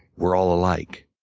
we're all alike.